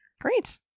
great